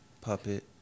Puppet